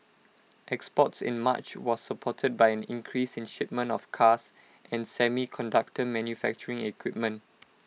exports in March was supported by an increase in shipments of cars and semiconductor manufacturing equipment